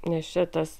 nes čia tas